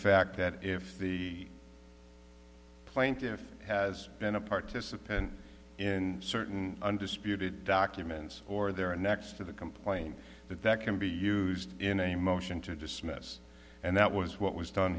fact that if the plaintiff has been a participant in certain undisputed documents or there next to the complaint that that can be used in a motion to dismiss and that was what was done